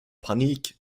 panik